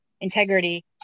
integrity